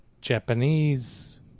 Japanese